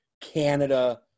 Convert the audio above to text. Canada